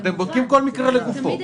אתם בודקים כל מקרה לגופו.